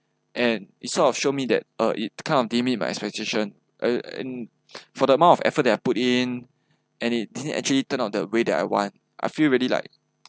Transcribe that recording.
and it sort of show me that uh it kind of didn't meet my expectation uh and for the amount of effort that I put in and it didn't actually turn out the way that I want I feel very like